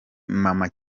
mama